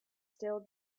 still